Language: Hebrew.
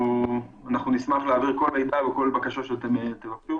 אנחנו נשמח להעביר כל מידע וכל בקשה שאתם תרצו.